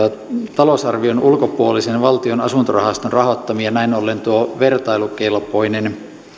talousarvion ulkopuolisen valtion asuntorahaston rahoittamia näin ollen tuo vertailukelpoinen